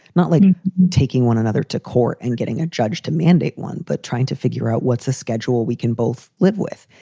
not like taking one another to court and getting a judge to mandate one, but trying to figure out what's the schedule we can both live with.